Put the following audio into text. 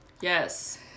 Yes